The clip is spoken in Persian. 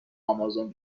آمازون